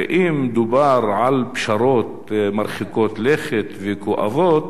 ואם דובר על פשרות מרחיקות לכת וכואבות,